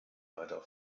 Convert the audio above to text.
weiter